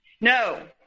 No